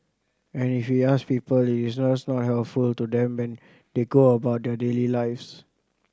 and if we ask people it is just not helpful to them when they go about their daily lives